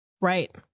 right